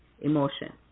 emotion